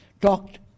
Talked